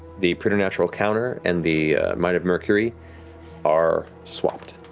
the preternatural counter and the might of mercury are swapped.